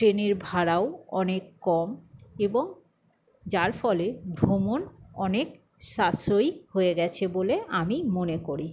ট্রেনের ভাড়াও অনেক কম এবং যার ফলে ভ্রমণ অনেক সাশ্রয়ী হয়ে গেছে বলে আমি মনে করি